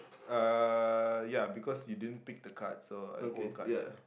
uh ya because you didn't pick the card so old card ya